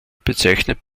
bezeichnet